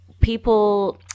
people